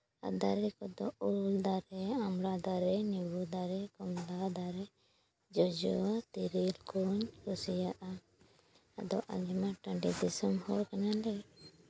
ᱟᱨ ᱫᱟᱨᱮ ᱠᱚᱫᱚ ᱩᱞ ᱫᱟᱨᱮ ᱟᱢᱲᱟ ᱫᱟᱨᱮ ᱞᱤᱵᱩ ᱫᱟᱨᱮ ᱠᱚᱢᱞᱟ ᱫᱟᱨᱮ ᱡᱚᱡᱚ ᱛᱮᱹᱨᱮᱹᱞ ᱠᱚᱧ ᱠᱩᱥᱤᱭᱟᱜᱼᱟ ᱟᱫᱚ ᱟᱞᱮ ᱢᱟ ᱴᱟᱺᱰᱤ ᱫᱤᱥᱚᱢ ᱦᱚᱲ ᱠᱟᱱᱟᱞᱮ